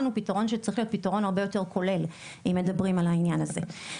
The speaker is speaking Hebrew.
צריך להיות פתרון הרבה יותר כולל אם מדברים על העניין הזה.